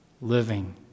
living